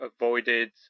avoided